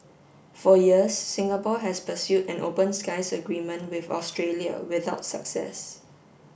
for years Singapore has pursued an open skies agreement with Australia without success